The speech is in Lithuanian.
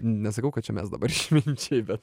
nesakau kad čia mes dabar išminčiai bet